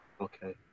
Okay